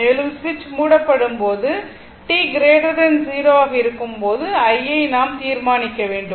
மேலும் சுவிட்ச் மூடப்படும் போது t 0 ஆக இருக்கும் போது i ஐ நாம் தீர்மானிக்க வேண்டும்